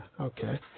okay